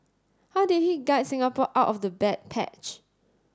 how did he guide Singapore out of the bad patch